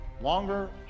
longer